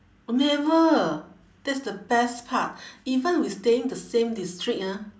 never that's the best part even we staying the same district ah